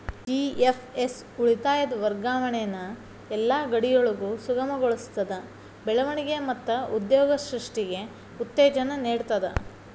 GFS ಉಳಿತಾಯದ್ ವರ್ಗಾವಣಿನ ಯೆಲ್ಲಾ ಗಡಿಯೊಳಗು ಸುಗಮಗೊಳಿಸ್ತದ, ಬೆಳವಣಿಗೆ ಮತ್ತ ಉದ್ಯೋಗ ಸೃಷ್ಟಿಗೆ ಉತ್ತೇಜನ ನೇಡ್ತದ